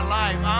life